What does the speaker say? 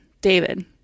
david